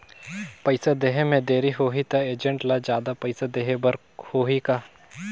पइसा देहे मे देरी होही तो एजेंट ला जादा पइसा देही बर होही का?